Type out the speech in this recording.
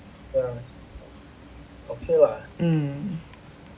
mm